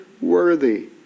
worthy